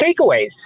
takeaways